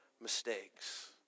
mistakes